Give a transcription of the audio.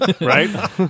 right